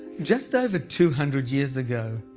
just over two hundred years ago,